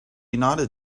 united